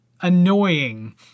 annoying